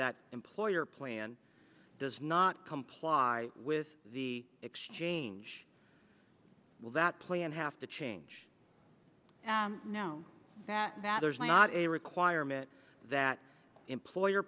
that employer plan does not comply with the exchange will that play and have to change now that there's not a requirement that employer